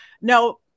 No